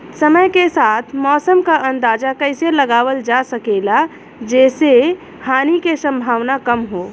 समय के साथ मौसम क अंदाजा कइसे लगावल जा सकेला जेसे हानि के सम्भावना कम हो?